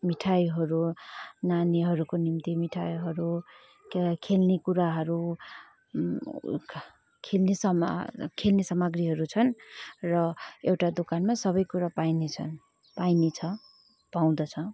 मिठाईहरू नानीहरूको निम्ति मिठाईहरू क्या खेल्ने कुराहरू खेल्ने समा खेल्ने सामाग्रीहरू छन् र एउटा दोकानमा सबैकुरा पाइने छन् पाइने छ